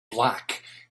black